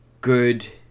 good